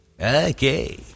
Okay